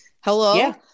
Hello